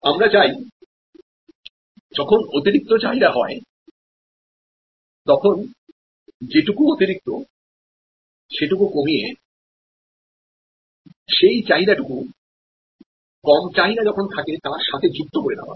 আমরা চাই যখন অতিরিক্ত চাহিদা হয় তখন যেটুকু অতিরিক্ত সেটুকু কমিয়ে সেই চাহিদাটুকু কম চাহিদা যখন থাকে তার সাথে যুক্ত করে নেওয়া